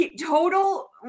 total